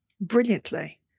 brilliantly